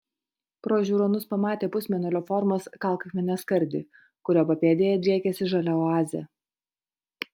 pro žiūronus pamatė pusmėnulio formos kalkakmenio skardį kurio papėdėje driekėsi žalia oazė